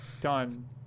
done